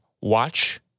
watch